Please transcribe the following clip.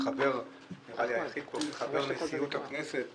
אני היחיד פה שחבר נשיאות הכנסת